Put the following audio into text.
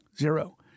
zero